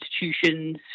institutions